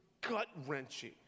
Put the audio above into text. gut-wrenching